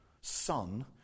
son